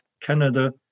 Canada